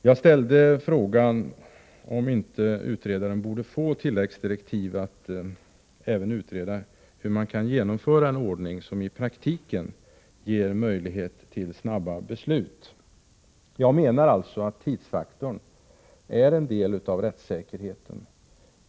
Jag ställde frågan om inte utredaren borde få tilläggsdirektiv att utreda hur man kan genomföra en ordning som möjliggör snabba beslut i praktiken. Jag menar att tidsfaktorn är en del av rättssäkerheten.